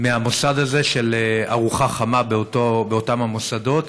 מהמוסד הזה של ארוחה חמה באותם המוסדות.